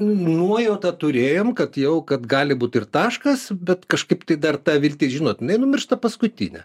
nuojautą turėjom kad jau kad gali būti ir taškas bet kažkaip tai dar ta viltis žinot jinai nenumiršta paskutinė